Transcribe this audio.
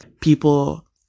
People